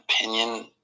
opinion